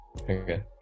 Okay